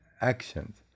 actions